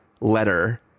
letter